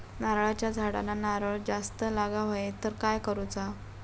नारळाच्या झाडांना नारळ जास्त लागा व्हाये तर काय करूचा?